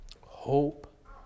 Hope